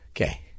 Okay